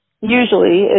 usually